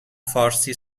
فارسی